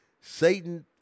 Satan